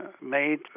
made